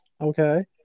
okay